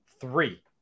Three